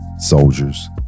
soldiers